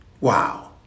Wow